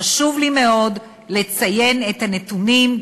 חשוב לי מאוד לציין את הנתונים,